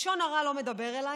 לשון הרע, לא מדבר אליי.